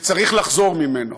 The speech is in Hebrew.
שצריך לחזור ממנו.